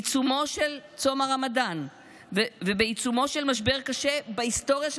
בעיצומו של צום הרמדאן ובעיצומו של משבר קשה בהיסטוריה של